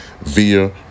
via